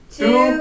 two